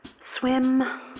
Swim